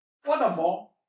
Furthermore